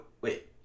wait